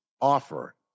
offer